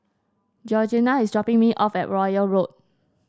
Georgina is dropping me off at Royal Road